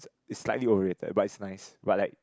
it's slightly overrated but it's nice but like